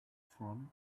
from